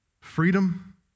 Freedom